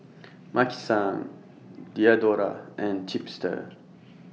Maki San Diadora and Chipster